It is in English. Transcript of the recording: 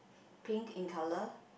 pink in colour